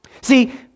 See